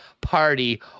party